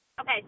Okay